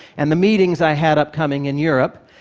and the meetings i had upcoming in europe,